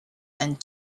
and